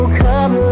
come